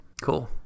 cool